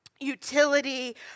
utility